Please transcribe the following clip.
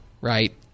right